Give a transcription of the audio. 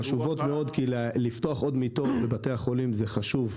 חשובות מאוד כי לפתוח עוד מיטות בבתי החולים זה חשוב,